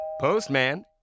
Postman